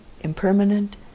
impermanent